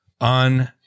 on